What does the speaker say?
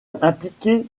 impliqué